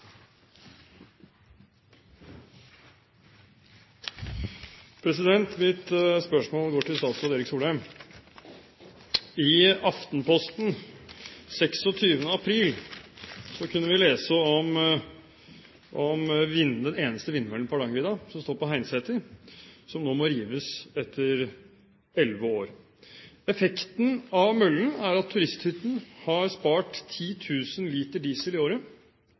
Mitt spørsmål går til statsråd Erik Solheim. I Aftenposten 26. april kunne vi lese om den eneste vindmøllen på Hardangervidda, som står på Heinseter, som nå må rives etter 11 år. Effekten av møllen er at turisthytten har spart 10 000 liter diesel i året